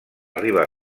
riba